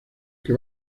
que